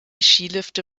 skilifte